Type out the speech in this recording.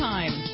Time